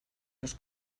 los